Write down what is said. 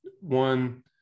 One